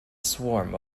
swarm